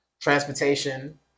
transportation